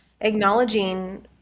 acknowledging